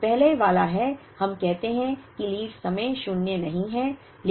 तो पहले वाला है हम कहते हैं कि लीड समय शून्य नहीं है